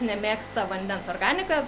nemėgsta vandens organika